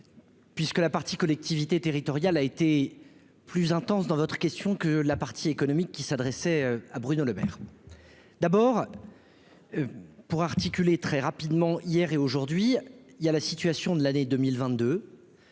puisque la partie collectivités territoriales a été plus intense dans votre question, que la partie économique qui s'adressait à Bruno Lemaire, d'abord pour articuler très rapidement hier et aujourd'hui, il y a la situation de l'année 2022,